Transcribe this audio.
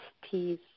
peace